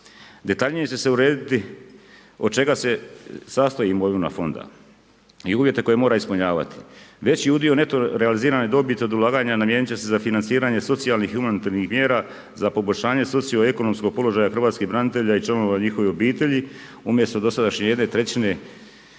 Detaljnije će se urediti od čega sastoji imovina Fonda i uvjete koje mora ispunjavati. Veći udio neto realizirane dobiti od ulaganja namijenit će se za financiranje socijalnih i humanitarnih mjera za poboljšanje socio-ekonomskog položaja hrvatskih branitelja i članova njihovih obitelji, umjesto dosadašnje 1/3 dobiti